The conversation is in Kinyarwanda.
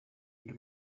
undi